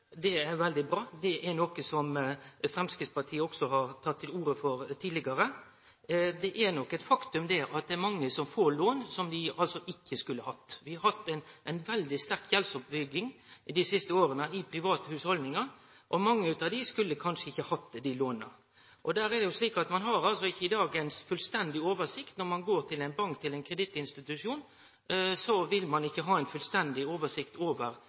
er veldig bra; det er noko som Framstegspartiet har teke til orde for tidlegare. Det er nok eit faktum at det er mange som får lån som dei ikkje skulle hatt. Vi har hatt ei veldig sterk gjeldsoppbygging dei siste åra i private hushaldningar, og mange av dei skulle kanskje ikkje fått dei låna. Det er slik at ein har ikkje i dag ei fullstendig oversikt. Når ein går til ein bank, til ein kredittinstitusjon, vil ikkje desse ha ei fullstendig oversikt over